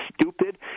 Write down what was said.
stupid